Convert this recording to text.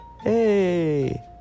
hey